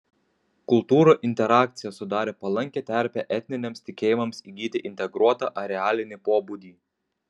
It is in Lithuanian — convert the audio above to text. kultūrų interakcija sudarė palankią terpę etniniams tikėjimams įgyti integruotą arealinį pobūdį